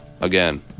again